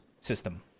system